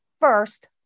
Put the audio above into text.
first